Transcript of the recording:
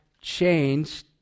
changed